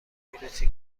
ویروسی